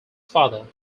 father